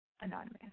Anonymous